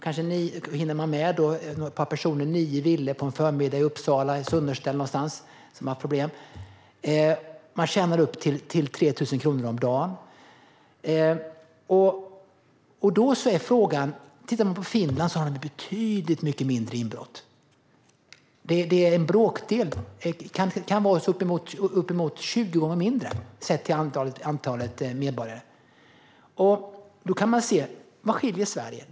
Kanske hinner ett par personer med nio villor på en förmiddag i Sunnersta i Uppsala, som har haft problem, eller någon annanstans, och de tjänar upp till 3 000 kronor om dagen. Finland har betydligt färre inbrott. Det handlar om en bråkdel, kanske ända upp till 20 gånger färre i förhållande till antalet medborgare. Vad skiljer då Finland från Sverige?